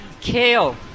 Kale